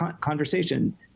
conversation